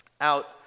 out